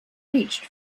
reached